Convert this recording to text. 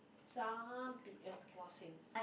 some cannot sing